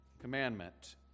commandment